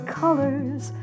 colors